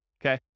okay